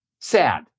Sad